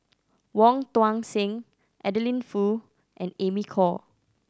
Wong Tuang Seng Adeline Foo and Amy Khor